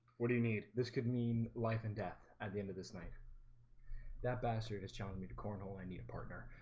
what do you need this could mean life and death at the end of this night that? bastard has challenged me to cornhole. i need a partner